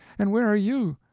and where are you?